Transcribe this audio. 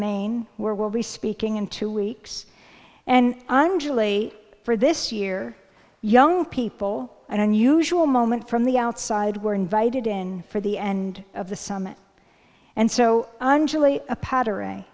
maine where we'll be speaking in two weeks and i'm julie for this year young people an unusual moment from the outside were invited in for the end of the summit and so on julie patter